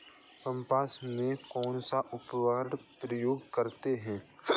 कपास में कौनसा उर्वरक प्रयोग करते हैं?